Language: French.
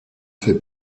fait